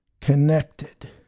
connected